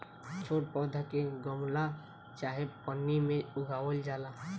छोट पौधा के गमला चाहे पन्नी में उगावल जाला